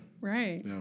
Right